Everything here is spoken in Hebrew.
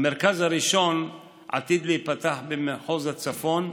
המרכז הראשון עתיד להיפתח במחוז הצפון.